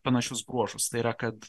panašius bruožus tai yra kad